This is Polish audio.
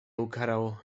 ukarał